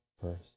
first